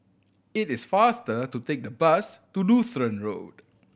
it is faster to take the bus to Lutheran Road